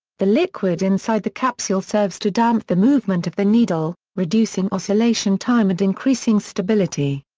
the liquid inside the capsule serves to damp the movement of the needle, reducing oscillation time and increasing stability.